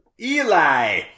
Eli